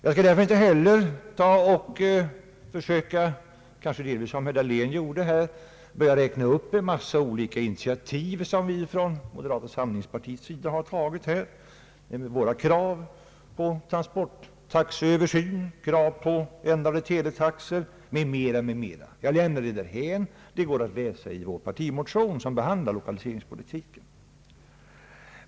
Jag skall inte heller, som herr Dahlén i viss mån gjorde, börja räkna upp en mångfald olika initiativ som vi från moderata samlingspartiets sida har tagit, t.ex. våra krav på transporttaxeöversyn, krav på ändrade teletaxor m.m. Jag lämnar detta därhän. Det går att läsa i vår partimotion som behandlar lokaliseringspolitiken.